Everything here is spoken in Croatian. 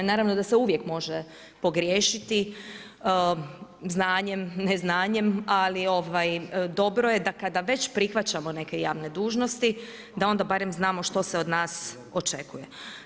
Naravno da se uvijek može pogriješiti, znanjem, ne znanjem, ali dobro je da kada već prihvaćamo neke javne dužnosti da onda barem znamo što se od nas očekuje.